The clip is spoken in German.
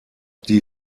die